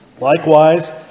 Likewise